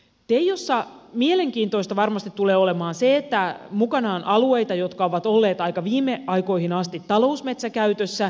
teijossa mielenkiintoista varmasti tulee olemaan se että mukana on alueita jotka ovat olleet aika viime aikoihin asti talousmetsäkäytössä